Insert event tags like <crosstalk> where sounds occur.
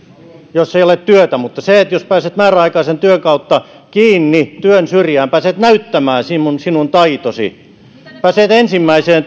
jos ei ole työtä mutta se jos pääset määräaikaisen työn kautta kiinni työn syrjään pääset näyttämään taitosi pääset vaikka ensimmäiseen <unintelligible>